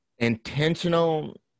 Intentional